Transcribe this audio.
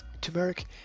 Turmeric